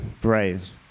brave